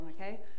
okay